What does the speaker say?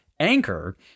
Anchor